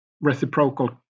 reciprocal